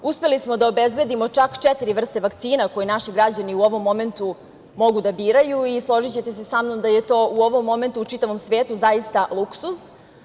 Uspeli smo da obezbedimo čak četiri vrste vakcina koje naši građani u ovom momentu mogu da biraju i složićete se sa mnom da je to u ovom momentu u čitavom svetu zaista luksuz.